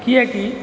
कियाकि